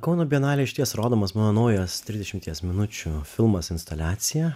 kauno bienalėj išties rodomas mano naujas trisdešimties minučių filmas instaliacija